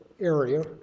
area